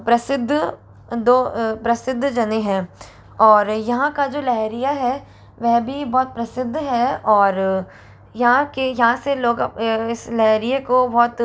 प्रसिद्ध दो प्रसिद्ध जने हैं और यहाँ का जो लेहेरिया है वह भी बहुत प्रसिद्ध है और यहाँ के यहाँ से इस लेहेरिये को बहुत